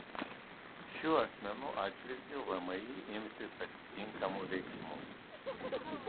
šių asmenų atžvilgiu vmi imsis atitinkamų veiksmų